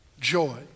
joy